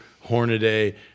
Hornaday